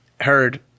heard